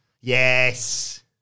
Yes